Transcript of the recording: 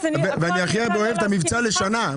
ואני הכי הרבה אוהב את המבצע לשנה,